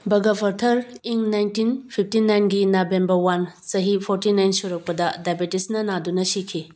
ꯚꯒꯕꯊꯔ ꯏꯪ nineteen fifty ꯅꯥꯏꯟꯒꯤ November one ꯆꯍꯤ ꯐꯣꯔꯇꯤ ꯅꯥꯏꯟ ꯁꯨꯔꯛꯄꯗ ꯗꯥꯏꯕꯦꯇꯤꯁꯅ ꯅꯥꯗꯨꯅ ꯁꯤꯈꯤ